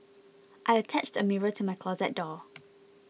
I attached a mirror to my closet door